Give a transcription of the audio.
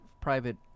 private